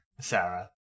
Sarah